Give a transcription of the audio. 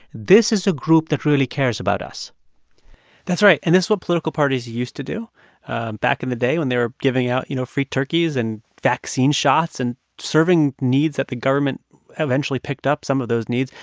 this is a group that really cares about us that's right. and this is what political parties used to do back in the day when they were giving out, you know, free turkeys and vaccine shots and serving needs that the government eventually picked up some of those needs.